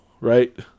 right